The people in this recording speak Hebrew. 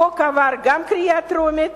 החוק עבר גם קריאה טרומית